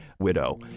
widow